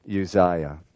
Uzziah